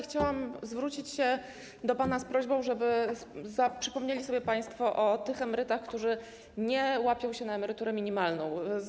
Chciałam zwrócić się do pana z prośbą, żeby przypomnieli sobie państwo o tych emerytach, którzy nie łapią się na emeryturę minimalną.